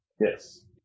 yes